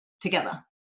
together